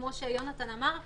כפי שיונתן אמר,